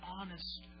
honest